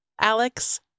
Alex